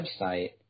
website